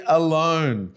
alone